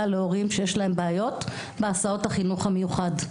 להורים שיש להן בעיות בהסעות החינוך המיוחד.